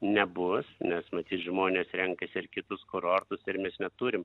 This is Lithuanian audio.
nebus nes matyt žmonės renkasi ir kitus kurortus ir mes neturim